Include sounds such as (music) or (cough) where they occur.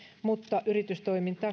mutta yritystoimintaa (unintelligible)